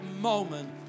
moment